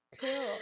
Cool